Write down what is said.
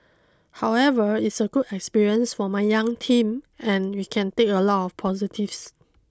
however it's a good experience for my young team and we can take a lot of positives